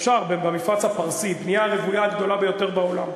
אפשר: במפרץ הפרסי הבנייה הרוויה הגדולה ביותר בעולם.